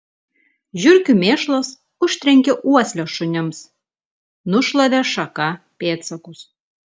žiurkių mėšlas užtrenkė uoslę šunims nušlavė šaka pėdsakus